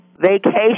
vacation